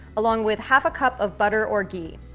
along with half a cup of butter or ghee.